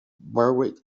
berwick